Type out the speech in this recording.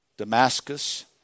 Damascus